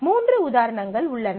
மூன்று உதாரணங்கள் உள்ளன